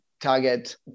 target